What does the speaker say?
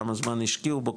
כמה זמן השקיעו בו,